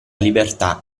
libertà